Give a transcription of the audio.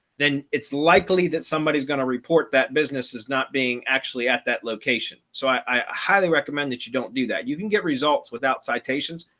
then it's likely that somebody's going to report that business is not being actually at that location. so i highly recommend that you don't do that you can get results without citations.